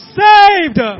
saved